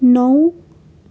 नौ